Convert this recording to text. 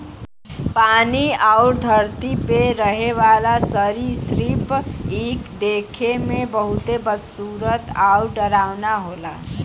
पानी आउर धरती पे रहे वाला सरीसृप इ देखे में बहुते बदसूरत आउर डरावना होला